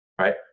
Right